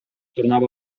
tornava